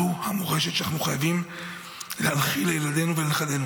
זו המורשת שאנחנו חייבים להנחיל לילדינו ולנכדינו.